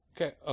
Okay